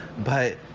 but,